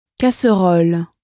Casserole